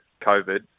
COVID